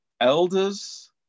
elders